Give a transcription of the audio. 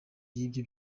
y’ibyo